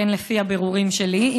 כן, לפי הבירורים שלי.